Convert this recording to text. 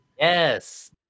yes